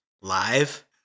live